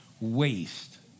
waste